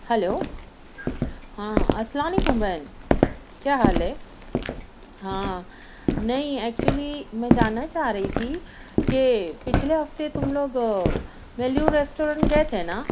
hello ہاں السلام علیکم بھائی کیا حال ہے ہاں نہیں ایکچولی میں جاننا چاہ رہی تھی کہ پچھلے ہفتے تم لوگ ویلیو ریسٹورینٹ گئے تھے نا